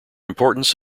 importance